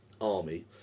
army